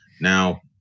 Now